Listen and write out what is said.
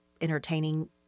entertaining